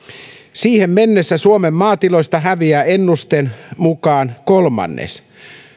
siihen mennessä suomen maatiloista häviää ennusteen mukaan kolmannes